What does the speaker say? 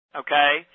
okay